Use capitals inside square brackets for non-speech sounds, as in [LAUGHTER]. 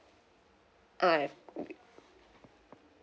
ah [NOISE]